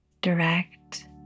direct